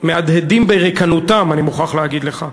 המהדהדים בריקנותם, אני מוכרח להגיד לך,